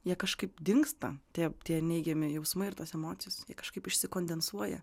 jie kažkaip dingsta tie tie neigiami jausmai ir tos emocijos jie kažkaip išsikondensuoja